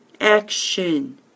action